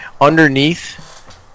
underneath